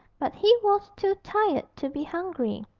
but he was too tired to be hungry.